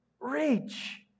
reach